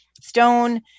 stone